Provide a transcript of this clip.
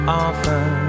often